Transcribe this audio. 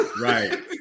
right